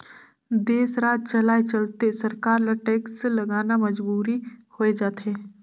देस, राज चलाए चलते सरकार ल टेक्स लगाना मजबुरी होय जाथे